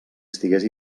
estigués